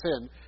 sin